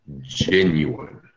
genuine